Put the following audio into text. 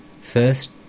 first